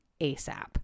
ASAP